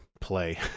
play